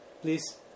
please